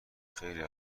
خیلی